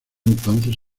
entonces